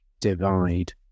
divide